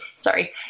Sorry